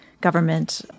government